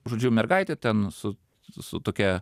žodžiu mergaitė ten su su tokia